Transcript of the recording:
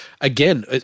again